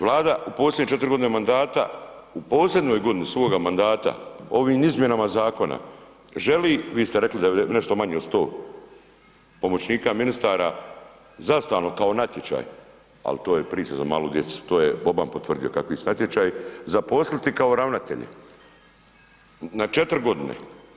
Vlada u posljednjih 4 godine mandata, u posljednjoj godini svoga mandata ovim izmjenama zakona želi, vi ste rekli da je nešto manje od 100 pomoćnika ministara za stalno kao natječaj, ali to je priča za malu djecu, to je Boban potvrdio kakvi su natječaji zaposliti kao ravnatelji na 4 godine.